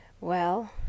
Well